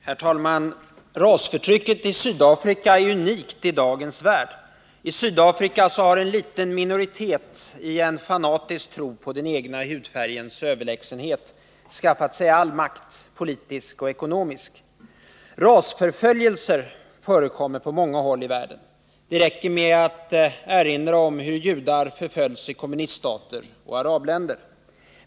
Herr talman! Rasförtrycket i Sydafrika är unikt i dagens värld. I Sydafrika har en liten minoritet i fanatisk tro på den egna hudfärgens överlägsenhet skaffat sig all makt, politisk och ekonomisk. Rasförföljelser förekommer på många håll i världen. Det räcker att erinra om hur judar förföljs i kommuniststater och arabländer.